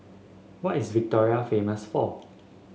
what is Victoria famous for